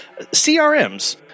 CRMs